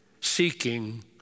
seeking